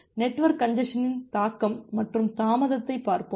network கஞ்ஜசனின் தாக்கம் மற்றும் தாமதத்தைப் பார்ப்போம்